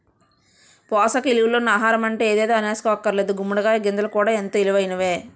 పోసక ఇలువలున్న ఆహారమంటే ఎదేదో అనీసుకోక్కర్లేదు గుమ్మడి కాయ గింజలు కూడా ఎంతో ఇలువైనయే